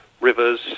rivers